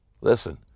listen